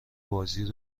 بازی